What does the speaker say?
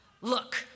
look